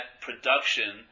production